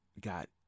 got